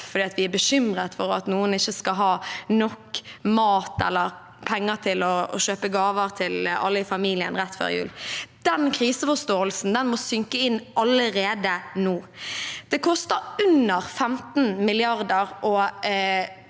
fordi vi er bekymret for at noen ikke skal ha nok mat eller penger til å kjøpe gaver til alle i familien. Den kriseforståelsen må synke inn allerede nå. Det koster under 15 mrd.